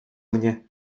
mnie